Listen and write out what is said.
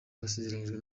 basezeranyijwe